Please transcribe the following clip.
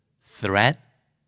Threat